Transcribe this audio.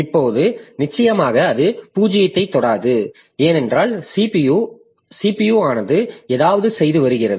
இப்போது நிச்சயமாக அது 0 ஐத் தொடாது ஏனென்றால் CPU ஆனது ஏதாவது செய்து வருகிறது